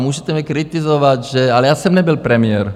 Můžete mě kritizovat, ale já jsem nebyl premiér.